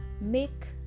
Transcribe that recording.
Make